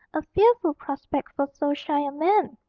a fearful prospect for so shy a man.